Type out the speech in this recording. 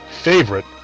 favorite